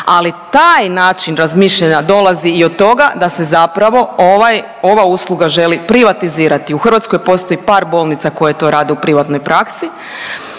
ali taj način razmišljanja dolazi i od toga da se zapravo ovaj, ova usluga želi privatizirati. U Hrvatskoj postoji par bolnica koje to rade u privatnoj praksi,